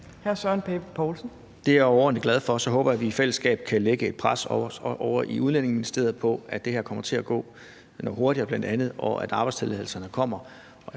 Det er jeg overordentlig glad for. Så håber jeg, at vi i fællesskab kan lægge et pres ovre i Udlændingeministeriet for, at det her kommer til at gå hurtigt, og at arbejdstilladelserne kommer.